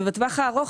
בטווח הארוך,